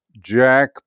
Jack